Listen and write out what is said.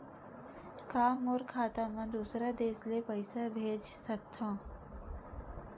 का मोर खाता म दूसरा देश ले पईसा भेज सकथव?